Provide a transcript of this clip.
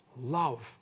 love